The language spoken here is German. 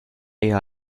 eher